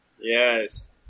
Yes